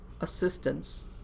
assistance